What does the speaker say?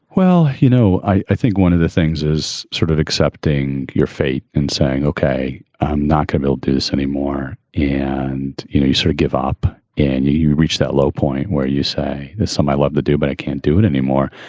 well, you know, i think one of the things is sort of accepting your fate and saying, ok, i'm not committed to this anymore. yeah and, you know, you sort of give up and you you reach that low point where you say there's some i love to do, but i can't do it anymore.